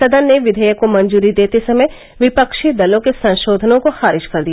सदन ने विधेयक को मंजूरी देते समय विफ्षी दलों के संशोधनों को खारिज कर दिया